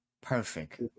Perfect